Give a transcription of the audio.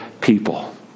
people